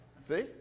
see